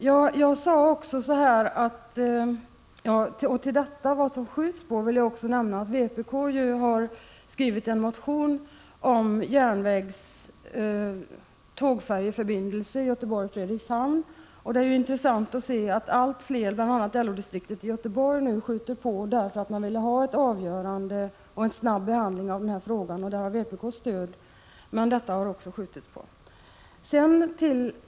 Beträffande de frågor vilkas behandling uppskjutits vill jag också nämna att vpk har skrivit en motion om tågfärjeförbindelse mellan Göteborg och Frederikshavn. Det är intressant att se att allt fler, bl.a. LO-distriktet i Göteborg, nu trycker på, eftersom man vill ha ett avgörande och en snabb behandling av denna fråga. Frågan har vpk:s stöd, men behandlingen har alltså uppskjutits.